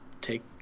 take